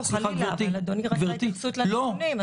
לא, חלילה, אבל אדוני רצה התייחסות לנתונים.